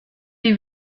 die